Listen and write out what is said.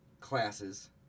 classes